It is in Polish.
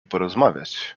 porozmawiać